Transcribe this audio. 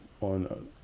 on